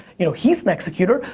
you know, he's an executor.